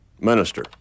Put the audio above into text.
minister